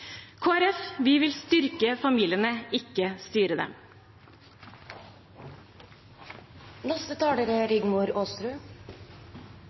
Kristelig Folkeparti vil styrke familiene, ikke styre dem. Tre år etter oljeprisfallet er